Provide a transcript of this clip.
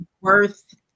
worth